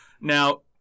Now